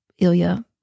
Ilya